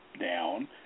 down